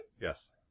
Yes